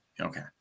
Okay